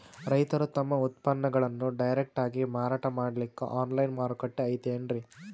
ರೈತರು ತಮ್ಮ ಉತ್ಪನ್ನಗಳನ್ನು ಡೈರೆಕ್ಟ್ ಆಗಿ ಮಾರಾಟ ಮಾಡಲಿಕ್ಕ ಆನ್ಲೈನ್ ಮಾರುಕಟ್ಟೆ ಐತೇನ್ರೀ?